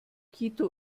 quito